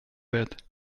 that